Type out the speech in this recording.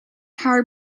haar